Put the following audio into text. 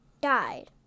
died